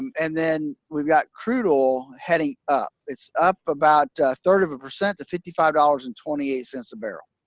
and then we've got crude oil heading up. it's up about a third of a percent to fifty five dollars and twenty eight cents a barrel.